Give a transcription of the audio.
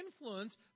influence